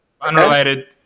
Unrelated